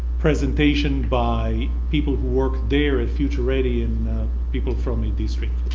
presentation by people who work there at future ready and people from the district.